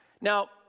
Now